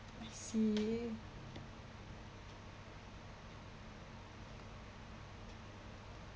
I see